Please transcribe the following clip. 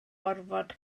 orfod